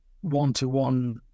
one-to-one